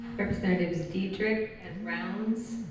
representatives diedrich and rounds